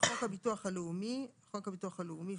"חוק הביטוח הלאומי" חוק הביטוח הלאומי ,